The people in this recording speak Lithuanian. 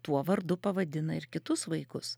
tuo vardu pavadina ir kitus vaikus